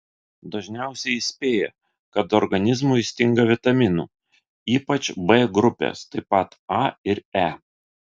dažniausiai įspėja kad organizmui stinga vitaminų ypač b grupės taip pat a ir e